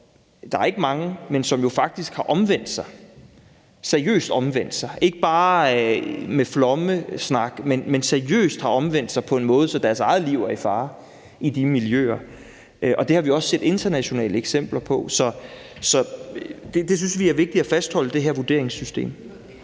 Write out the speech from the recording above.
der er ikke mange – som jo faktisk har omvendt sig, seriøst omvendt sig, ikke bare med flommesnak, men seriøst har omvendt sig på en måde, så deres eget liv er i fare i de miljøer. Det har vi også set internationale eksempler på. Så vi synes, det er vigtigt at fastholde det her vurderingssystem.